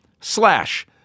slash